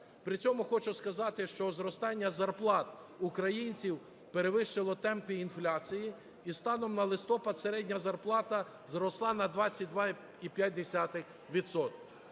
При цьому хочу сказати, що зростання зарплат українців перевищило темпи інфляції, і станом на листопад середня зарплата зросла на 22,5